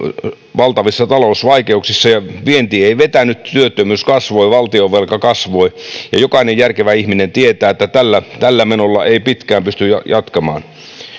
valtavissa talousvaikeuksissa ja vienti ei vetänyt työttömyys kasvoi valtionvelka kasvoi ja jokainen järkevä ihminen tietää että tällä tällä menolla ei pitkään pysty jatkamaan